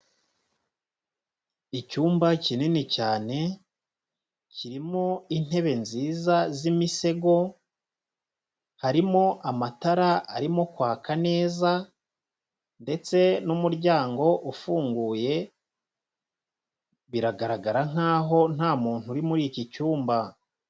Icyumba kinini cyane kirimo intebe nziza z'imisego, harimo amatara arimo kwaka neza ndetse n'umuryango ufunguye biragaragara nkaho ntamuntu uri muri iki cyumba.